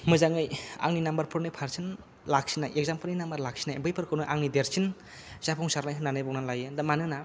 मोजाङै आंनि नम्बरफोरनि पार्सेन्ट लाखिनाय एकजामफोरनि नम्बार लाखिना बैफोरखौनो आंनि देरसिन जाफुंसारनाय होन्नानै बुंनान लायो दा मानो होन्ना